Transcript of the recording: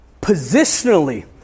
positionally